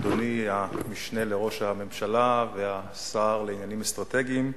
אדוני המשנה לראש הממשלה והשר לעניינים אסטרטגיים,